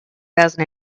thousand